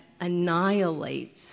annihilates